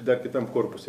dar kitam korpuse